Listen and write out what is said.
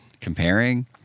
Comparing